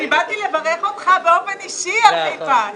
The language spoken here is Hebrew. באתי לברך אותך באופן אישי על חיפה,